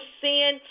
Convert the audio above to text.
sin